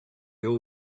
your